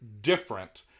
different